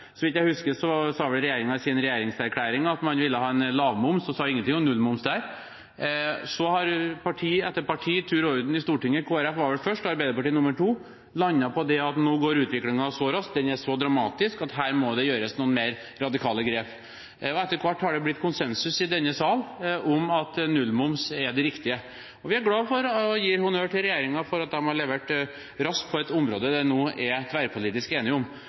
Så vidt jeg husker, sa vel regjeringen i sin regjeringserklæring at man ville ha en lavmoms, man sa ingenting om nullmoms der. Så har parti etter parti i tur og orden i Stortinget – Kristelig Folkeparti var vel først, og Arbeiderpartiet nummer to – landet på at nå går utviklingen så raskt og er så dramatisk at her må det gjøres noen mer radikale grep. Etter hvert har det blitt konsensus i denne sal om at nullmoms er det riktige, og vi er glade for å gi honnør til regjeringen for at de har levert raskt på et område det nå er tverrpolitisk enighet om.